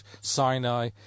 Sinai